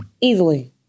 Easily